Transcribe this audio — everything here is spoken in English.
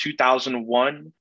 2001